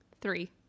Three